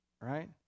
right